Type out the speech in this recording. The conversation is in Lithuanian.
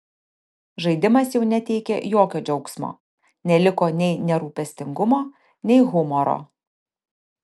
žaidimas jau neteikė jokio džiaugsmo neliko nei nerūpestingumo nei humoro